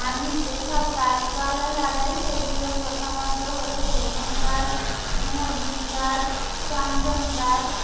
আমি যেসব গাছপালা লাগাই সেগুলো প্রথমত হলো সেগুন গাছ মেহগিনি গাছ চন্দন গাছ